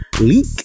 leak